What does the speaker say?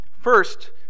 First